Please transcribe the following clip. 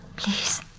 Please